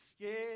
scared